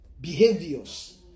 behaviors